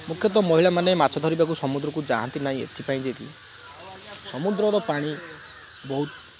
ମୁଖ୍ୟତଃ ମହିଳାମାନେ ମାଛ ଧରିବାକୁ ସମୁଦ୍ରକୁ ଯାଆନ୍ତି ନାହିଁ ଏଥିପାଇଁ ଯେ କି ସମୁଦ୍ରର ପାଣି ବହୁତ